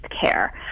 care